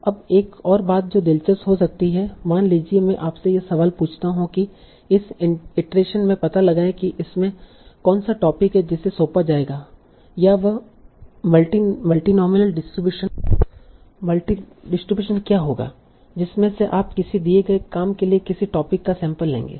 अब एक और बात जो दिलचस्प हो सकती है मान लीजिए कि मैं आपसे यह सवाल पूछता हूं कि इस इटरेशन में पता लगाएं कि इसमें कौन सा टोपिक है जिसे सौंपा जाएगा या वह मल्तिनोमिअल डिस्ट्रीब्यूशन क्या होगा जिसमें से आप किसी दिए गए काम के लिए किसी टोपिक का सैंपल लेंगे